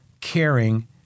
caring